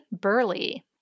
Burley